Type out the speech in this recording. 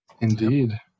Indeed